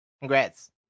congrats